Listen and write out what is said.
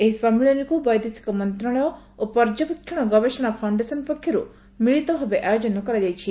ଏହି ସମ୍ମିଳନୀକୁ ବୈଦେଶିକ ମନ୍ତ୍ରଶାଳୟ ଓ ପର୍ଯ୍ୟବେକ୍ଷଣ ଗବେଷଣା ଫାଉଶ୍ଡେସନ ପକ୍ଷରୁ ମିଳିତଭାବେ ଆୟୋଜନ କରାଯାଇଛି